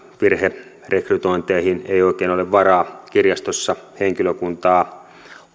virherekrytointeihin ei oikein ole varaa kirjastossa henkilökuntaa